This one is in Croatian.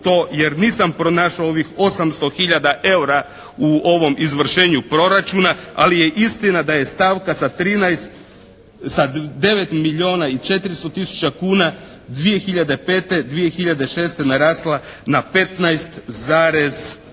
jer nisam pronašao ovih 800 hiljada EUR-a u ovom izvršenju proračuna ali je istina da je stavka sa 13, sa 9 milijuna i 400 tisuća kuna 2005., 2006. narasla na 15,5